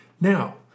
Now